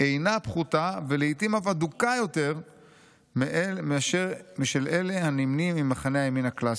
אינה פחותה ולעיתים אף הדוקה יותר משל אלה שנמנים עם מחנה הימין הקלאסי.